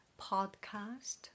podcast